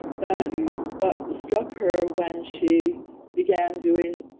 that and what struck her when she began doing